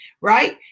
Right